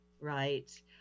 right